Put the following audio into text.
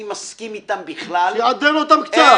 מסכים איתם בכלל --- שיעדן אותם קצת.